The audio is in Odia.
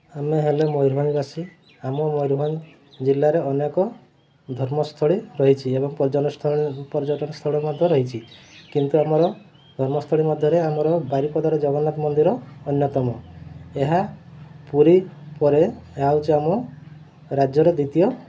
ଆମେ ହେଲୁ ମୟୂରଭଞ୍ଜବାସୀ ଆମ ମୟୂରଭଞ୍ଜ ଜିଲ୍ଲାରେ ଅନେକ ଧର୍ମସ୍ଥଳୀ ରହିଛି ଏବଂ ପର୍ଯ୍ୟଟନସ୍ଥଳୀ ପର୍ଯ୍ୟଟନସ୍ଥଳୀ ମଧ୍ୟ ରହିଛି କିନ୍ତୁ ଆମର ଧର୍ମସ୍ଥଳୀ ମଧ୍ୟରେ ଆମର ବାରିପଦାର ଜଗନ୍ନାଥ ମନ୍ଦିର ଅନ୍ୟତମ ଏହା ପୁରୀ ପରେ ଏହା ହେଉଛି ଆମ ରାଜ୍ୟର ଦ୍ୱିତୀୟ